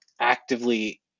actively